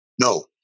No